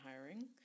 hiring